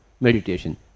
meditation